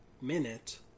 minute